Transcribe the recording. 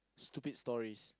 stupid stories